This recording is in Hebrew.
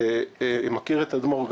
יש בעיות עם הדיור?